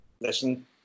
listen